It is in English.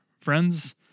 friends